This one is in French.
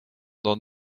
dans